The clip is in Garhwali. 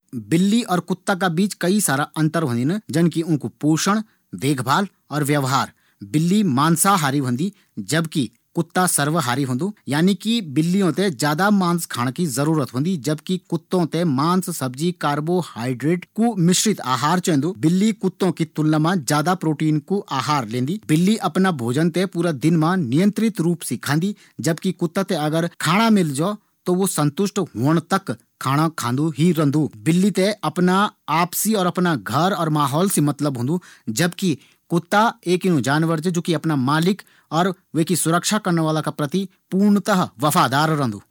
बिल्ली और कुत्ता का बीच मा कई सारा अंतर होंदिन जन की ऊँकू पोषण, देखभाल और व्यवहार। बिल्ली माँशाहारी होंदी जबकि कुत्ता सर्वाहारी होंदु। यानि की बिल्लियों थें ज्यादा मांस खाण की जरूरत होंदी जबकि कुत्ता थें मांस, सब्जी, कार्बोहाइड्रेट कू मिश्रित आहार चैन्दु। बिल्ली कुत्तों की तुलना मा ज्यादा प्रोटीन कू आहार लेंदी। बिल्ली पूरा दिन मा अफणा भोजन थें नियंत्रित रूप मा खांदी। जबकि कुत्ता थें अगर खाणा मिल जौ त वू संतुष्ट होंण तक खाणु खाणु ही रंदु। बिल्ली थें अपणा आप से, घर और माहौल से मतलब होंदु। जबकि कुत्ता एक इनु जानवर च जू अफणा मालिक या देखभाल या सुरक्षा करना वाला का प्रति वफादार रंदु।